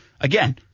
again –